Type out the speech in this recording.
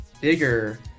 bigger